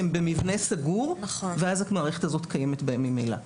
הם במבנה סגור ואז המערכת הזאת קיימת בהם ממילא.